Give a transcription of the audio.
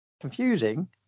Confusing